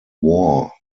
war